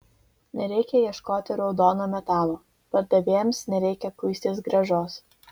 nereikia ieškoti raudono metalo pardavėjams nereikia kuistis grąžos